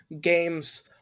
games